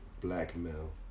blackmail